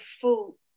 full